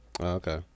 Okay